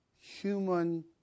human